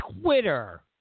Twitter